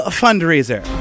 fundraiser